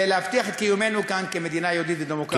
להבטיח את קיומנו כאן כמדינה יהודית ודמוקרטית.